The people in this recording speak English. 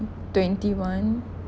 twenty one